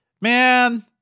man